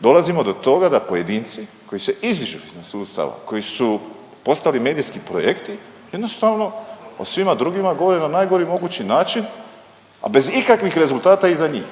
dolazimo do toga da pojedinci koji se izdižu iznad sustava, koji su postali medijski projekti jednostavno o svima drugima govore na najgori mogući način, a bez ikakvih rezultata iza njih.